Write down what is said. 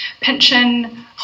pension